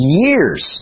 years